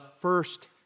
first